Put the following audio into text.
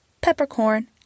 peppercorn